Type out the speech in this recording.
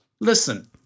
listen